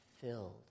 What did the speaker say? filled